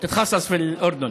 ועושה את ההתמחות בירדן.